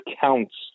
counts